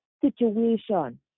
situation